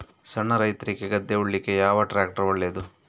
ಸಣ್ಣ ರೈತ್ರಿಗೆ ಗದ್ದೆ ಉಳ್ಳಿಕೆ ಯಾವ ಟ್ರ್ಯಾಕ್ಟರ್ ಒಳ್ಳೆದು?